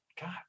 God